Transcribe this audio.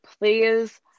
please